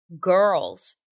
girls –